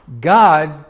God